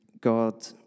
God